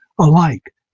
alike